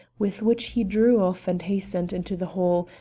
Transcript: with which he drew off and hastened into the hall,